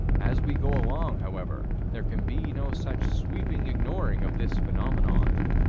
as we go along, however, there can be no such sweeping ignoring of this phenomenon